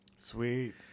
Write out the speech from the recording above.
sweet